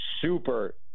super